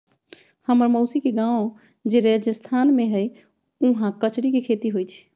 हम्मर मउसी के गाव जे राजस्थान में हई उहाँ कचरी के खेती होई छई